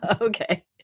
Okay